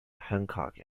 hancock